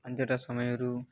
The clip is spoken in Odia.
ପାଞ୍ଚଟା ସମୟରୁ